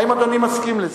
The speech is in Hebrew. האם אדוני מסכים לזה?